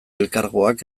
elkargoak